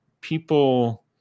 people